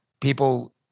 people